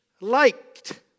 liked